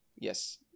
Yes